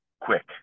quick